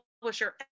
publisher